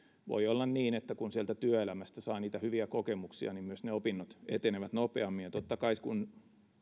voi olla niin että kun sieltä työelämästä saa hyviä kokemuksia niin myös opinnot etenevät nopeammin totta kai kun